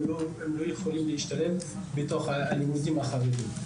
לא יכולים להשתלב בתוך הלימודים החרדים.